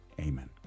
Amen